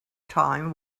time